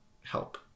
help